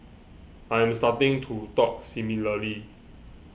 I am starting to talk similarly